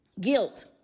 Guilt